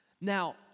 Now